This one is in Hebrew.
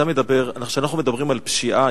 כשאנחנו מדברים על פשיעה,